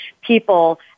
people